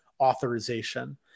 authorization